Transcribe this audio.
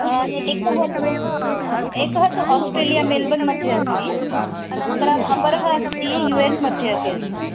एकः तु एकः तु आस्ट्रेलिया मेल्बर्न् मध्ये अस्ति अनन्तरम् अपरः अस्ति यु एस् मध्ये अपि अस्ति